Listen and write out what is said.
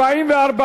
נתקבלה.